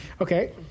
okay